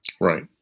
Right